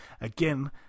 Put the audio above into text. Again